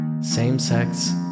same-sex